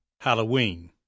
Halloween